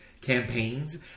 campaigns